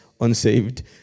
unsaved